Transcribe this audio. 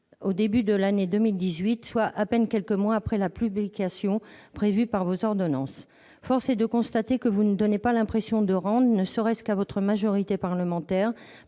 au début de l'année 2018, soit à peine quelques mois après la date de publication prévue pour vos ordonnances. Force est de constater que vous ne donnez pas l'impression de rendre ne serait-ce qu'à votre majorité parlementaire